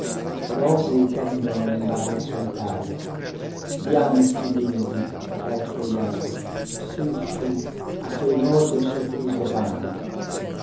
rosei pendono nellaria solitaria bianchi i bimbi tra il fogliame su su a quel roseo sorriso vanno